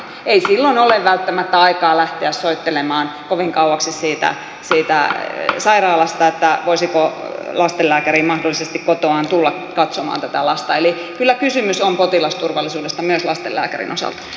ei silloin ole välttämättä aikaa lähteä soittelemaan kovin kauaksi siitä sairaalasta että voisiko lastenlääkäri mahdollisesti kotoaan tulla katsomaan tätä lasta eli kyllä kysymys on potilasturvallisuudesta myös lastenlääkärin osalta